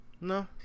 No